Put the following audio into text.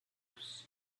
cruz